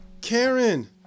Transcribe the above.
Karen